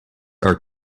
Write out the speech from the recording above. are